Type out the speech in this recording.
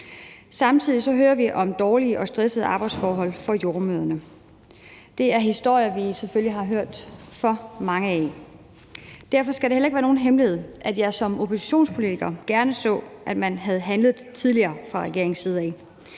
Samtidig hører vi om dårlige og stressende arbejdsforhold for jordemødrene. Det er historier, vi selvfølgelig har hørt for mange af. Derfor skal det heller ikke være nogen hemmelighed, at jeg som oppositionspolitiker gerne så, at man havde handlet tidligere fra regeringens side af.